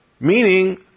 Meaning